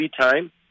time